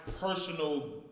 personal